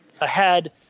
ahead